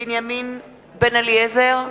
בנימין בן-אליעזר,